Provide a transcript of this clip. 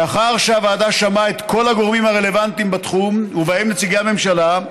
לאחר שהוועדה שמעה את כל הגורמים הרלוונטיים בתחום ובהם נציגי הממשלה,